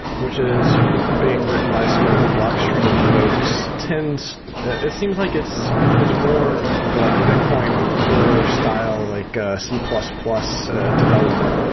which is being written by some of the blockstream folks tends it seems like it's it's more the like bitcoin core style, like ah c plus plus development.